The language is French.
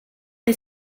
des